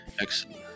Excellent